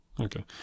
okay